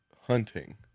hunting